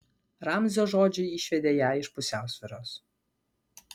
ramzio žodžiai išvedė ją iš pusiausvyros